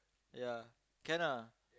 ya can ah